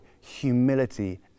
humility